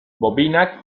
bobinak